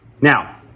Now